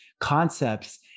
concepts